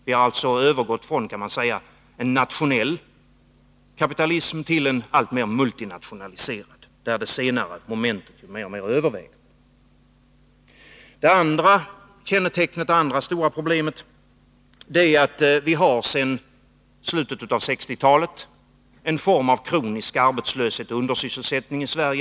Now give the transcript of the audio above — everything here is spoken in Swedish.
Det har övergått från, kan man säga, en nationell kapitalism till allt större multinationaliseringar, där det senare momentet mer och mer överväger. Det andra stora problemet är att vi sedan slutet av 1960-talet har en form av kronisk arbetslöshet och undersysselsättning i Sverige.